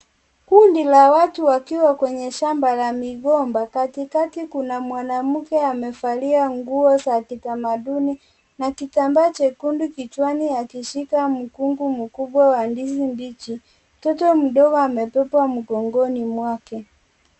Kundi la watu wakiwa kwenye shamba la migomba. Katikati kuna mwanamke amevalia nguo za kitamaduni na kitambaa chekundu kichwani akishika mkungu mkubwa wa ndizi mbichi. Mtoto mdogo amebebwa mgongoni mwake.